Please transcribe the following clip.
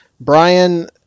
brian